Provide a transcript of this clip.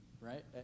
right